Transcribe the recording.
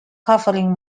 covering